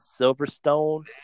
Silverstone